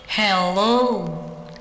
Hello